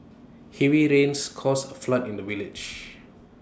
heavy rains caused A flood in the village